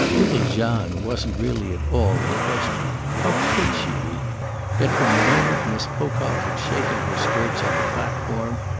little jeanne wasn't really at all in question how could she be yet from the moment miss pocock had shaken her skirts on the platform,